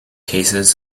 cases